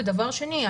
ודבר שני,